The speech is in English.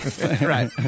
right